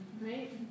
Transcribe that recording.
right